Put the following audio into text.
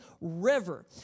river